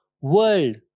world